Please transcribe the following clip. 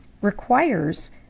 requires